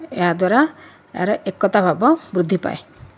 ଏହାଦ୍ୱାରା ଏହାର ଏକତା ଭାବ ବୃଦ୍ଧି ପାଏ